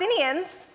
Palestinians